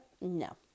No